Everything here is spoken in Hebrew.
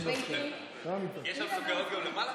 יש סוכריות גם למעלה?